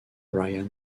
ryan